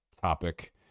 topic